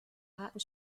harten